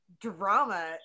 drama